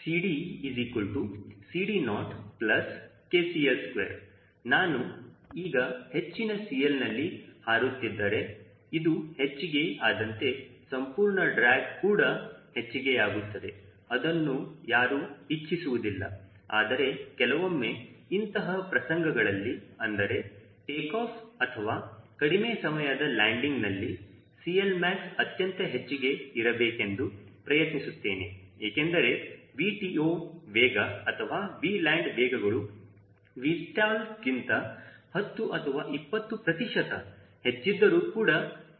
CDCD0KCL2 ನಾನು ಈಗ ಹೆಚ್ಚಿನ CL ನಲ್ಲಿ ಹಾರುತ್ತಿದ್ದರೆ ಇದು ಹೆಚ್ಚಿಗೆ ಆದಂತೆ ಸಂಪೂರ್ಣ ಡ್ರ್ಯಾಗ್ ಕೂಡ ಹೆಚ್ಚಿಗೆಯಾಗುತ್ತದೆ ಅದನ್ನು ಯಾರು ಇಚ್ಚಿಸುವುದಿಲ್ಲ ಆದರೆ ಕೆಲವೊಮ್ಮೆ ಇಂತಹ ಪ್ರಸಂಗಗಳಲ್ಲಿ ಅಂದರೆ ಟೇಕಾಫ್ ಅಥವಾ ಕಡಿಮೆ ಸಮಯದ ಲ್ಯಾಂಡಿಂಗ್ ನಲ್ಲಿ CLmax ಅತ್ಯಂತ ಹೆಚ್ಚಿಗೆ ಇರಬೇಕೆಂದು ಪ್ರಯತ್ನಿಸುತ್ತೇನೆ ಏಕೆಂದರೆ 𝑉TO ವೇಗ ಅಥವಾ 𝑉land ವೇಗಗಳು 𝑉stall ಗಿಂತ 10 ಅಥವಾ 20 ಪ್ರತಿಶತ ಹೆಚ್ಚಿದ್ದರೂ ಕೂಡ ಕಡಿಮೆಯಾಗಿರುತ್ತದೆ